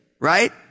Right